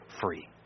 free